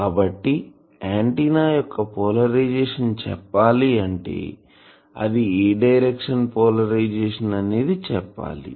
కాబట్టి ఆంటిన్నా యొక్క పోలరైజేషన్ చెప్పాలి అంటే అది ఏ డైరెక్షన్ పోలరైజేషన్ అనేది చెప్పాలి